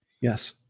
Yes